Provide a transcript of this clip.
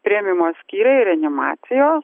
priėmimo skyriai reanimacijos